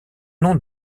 nom